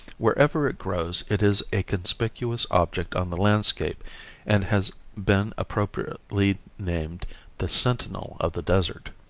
wherever it grows, it is a conspicuous object on the landscape and has been appropriately named the sentinel of the desert.